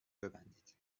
ببندید